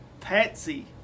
Patsy